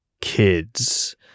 kids